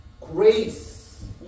grace